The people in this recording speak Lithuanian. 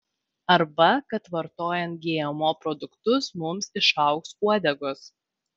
arba kad vartojant gmo produktus mums išaugs uodegos